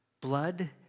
blood